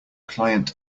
client